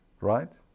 right